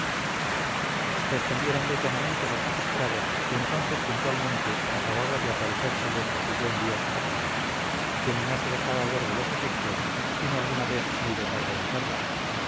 regocijos respondiéronle llanamente los magistrados que entonces puntualmente acababa de aparecérseles su buen dios apis quien no se dejaba ver de los egipcios sino alguna vez muy de tarde en tarde